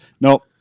No